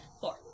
Four